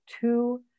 two